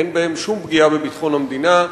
אין בהן שום פגיעה בביטחון המדינה.